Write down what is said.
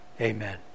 Amen